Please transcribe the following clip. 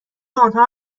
انها